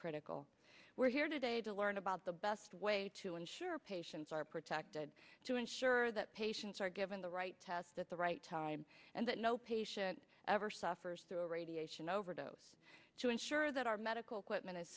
critical we're here today to learn about the best way to ensure patients are protected to ensure that patients are given the right test at the right time and that no patient ever suffers through a radiation overdose to ensure that our medical quitman is